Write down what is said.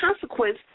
consequence